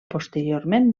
posteriorment